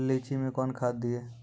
लीची मैं कौन खाद दिए?